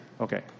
okay